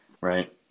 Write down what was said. right